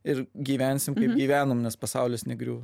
ir gyvensim gyvenom nes pasaulis negriūva